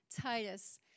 Titus